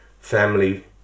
family